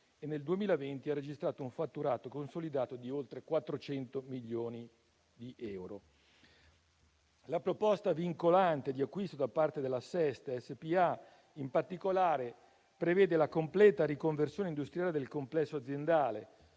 che nel 2020 ha registrato un fatturato consolidato di oltre 400 milioni di euro. La proposta vincolante di acquisto da parte della SEST SpA prevede in particolare la completa riconversione industriale del complesso aziendale